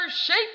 Shape